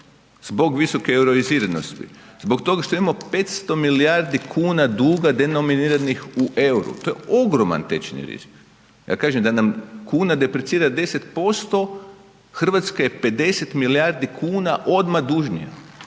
zbog visoke euroiziranosti, zbog toga što imamo 500 milijardi kuna duga denominiranih u euru. To je ogroman tečajan rizik. Ja kažem da nam kuna depricira 10% Hrvatska je 50 milijardi kuna odmah dužnija